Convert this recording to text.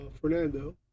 Fernando